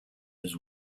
was